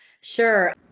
Sure